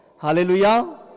hallelujah